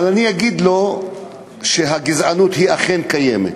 אבל אני אגיד לו שהגזענות אכן קיימת,